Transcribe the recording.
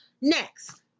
Next